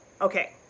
Okay